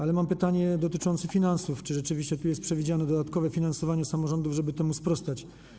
Ale mam pytanie dotyczące finansów: Czy rzeczywiście tu jest przewidziane dodatkowe finansowanie samorządów, tak żeby temu sprostać?